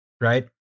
Right